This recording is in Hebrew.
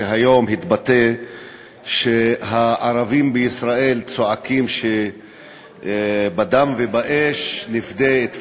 שהיום התבטא שהערבים בישראל צועקים ש"בדם ובאש נפדה את פלסטין",